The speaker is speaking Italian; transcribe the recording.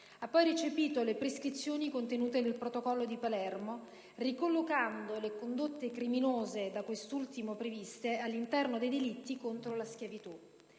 ha poi recepito le prescrizioni contenute nel Protocollo di Palermo, ricollocando le condotte criminose da questo ultimo previste all'interno dei delitti contro la schiavitù.